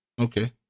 Okay